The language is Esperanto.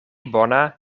bona